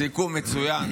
סיכום מצוין